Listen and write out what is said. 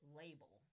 label